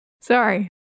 Sorry